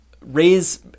raise